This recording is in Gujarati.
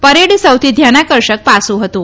પરેડનું સૌથી ધ્યાનાકર્ષક પાસુ હતુ